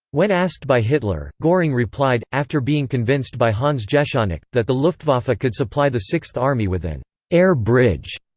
when asked by hitler, goring replied, after being convinced by hans jeschonnek, that the luftwaffe could supply the sixth army with an air bridge.